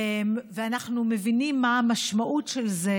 ואנחנו מבינים מה המשמעות של זה,